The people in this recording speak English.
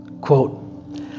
quote